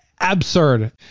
Absurd